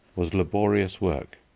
was laborious work.